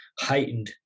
heightened